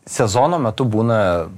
sezono metu būna